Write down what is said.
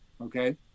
okay